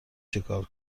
چکار